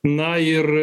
na ir